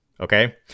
okay